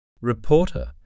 Reporter